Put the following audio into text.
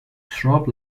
shrub